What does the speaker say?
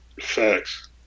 Facts